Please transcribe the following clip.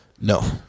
No